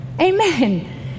Amen